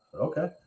Okay